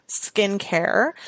skincare